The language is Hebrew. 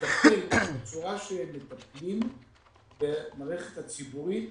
לטפל בצורה שהם מטפלים במערכת הציבורית,